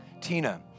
Tina